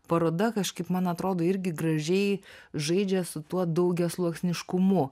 paroda kažkaip man atrodo irgi gražiai žaidžia su tuo daugiasluoksniškumu